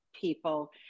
people